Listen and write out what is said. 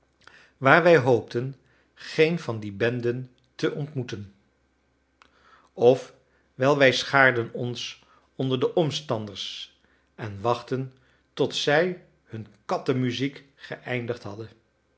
waar wij hoopten geen van die benden te ontmoeten of wel wij schaarden ons onder de omstanders en wachtten tot zij hun kattenmuziek geëindigd hadden